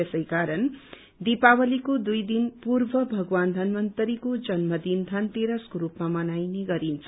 यसैकारण दिपावलीको दुइ दिन पूर्व भगवान धन्वन्तरीको जन्मदनि धनतेरसको रूपमा मनाइनेछ गरिन्छ